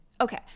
Okay